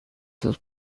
sus